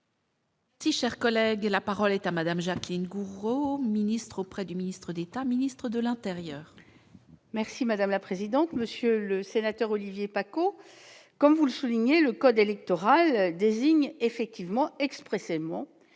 Si cher collègue, la parole est à Madame Jacqueline Gourault, ministre auprès du ministre d'État, ministre de l'Intérieur. Merci madame la présidente, monsieur le sénateur, Olivier Paccaud, comme vous le soulignez le code électoral désigne effectivement expressément